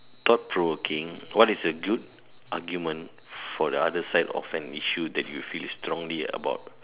thought provoking what is a good argument for the other side of an issue that you feel strongly about